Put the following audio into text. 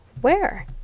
where